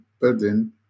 building